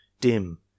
Dim